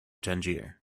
tangier